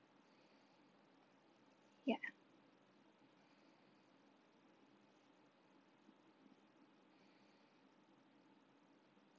yup